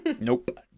Nope